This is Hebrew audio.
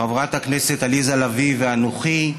חברת הכנסת עליזה לביא ואנוכי,